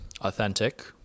authentic